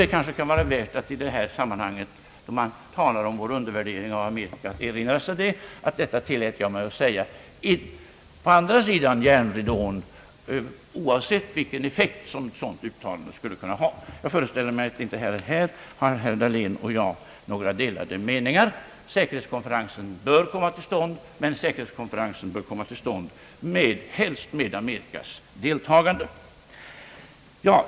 Det kanske kan vara värt att i detta sammanhang, då det talas om vår undervärdering av Amerika, erinra sig att jag tillät mig säga detta på andra sidan järnridån, oavsett vilken effekt som ett sådant uttalande skulle kunna ha. Jag föreställer mig att inte heller i denna fråga herr Dahlén och jag har några delade meningar. Säkerhetskonferensen bör komma till stånd, men den bör komma till stånd helst med Amerikas deltagande.